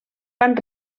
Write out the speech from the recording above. van